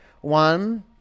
one